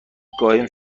قایم